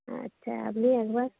আচ্ছা আপনি একবার